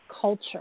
culture